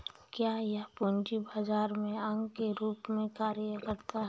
क्या यह पूंजी बाजार के अंग के रूप में कार्य करता है?